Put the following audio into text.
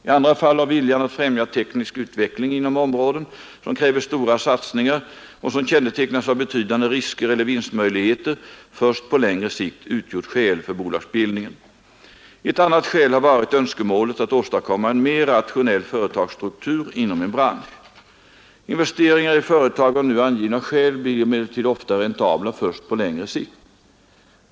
I andra fall har viljan att främja teknisk utveckling inom områden som kräver stora satsningar och som kännetecknas av betydande risker eller vinstmöjligheter först på längre sikt utgjort skäl för bolagsbildningen. Ett annat skäl har varit önskemålet att åstadkomma en mer rationell företagsstruktur inom en bransch. Investeringar i företag av nu angivna skäl blir emellertid ofta räntabla först på längre sikt.